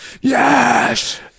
yes